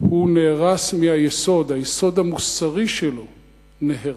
הוא נהרס מהיסוד, היסוד המוסרי שלו נהרס.